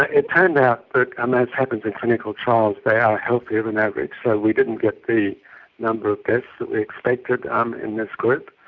ah it turned out that, um as happens in clinical trials, they are healthier than average. so we didn't get the number of deaths that we expected um in this group,